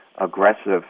aggressive